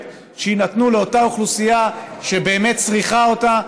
שיינתנו לאותה אוכלוסייה שבאמת צריכה אותה,